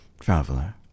traveler